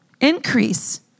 increase